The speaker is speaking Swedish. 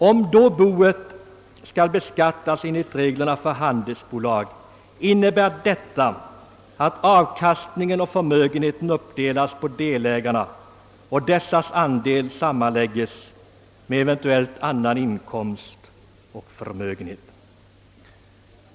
Om boet beskattas enligt reglerna för handelsbolag innebär detta, att avkastningen och förmögenheten uppdelas på delägarna och dessas andel sammanlägges med eventuell annan inkomst och förmögenhet.